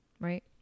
right